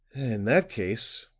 in that case,